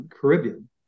Caribbean